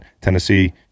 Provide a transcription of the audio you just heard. Tennessee